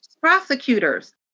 prosecutors